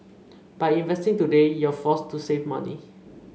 by investing today you're forced to save money